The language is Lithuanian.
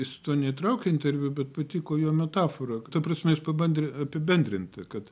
jis to neįtraukė interviu bet patiko jo metafora ta prasme jis pabandrė apibendrinti kad